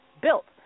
built